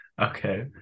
Okay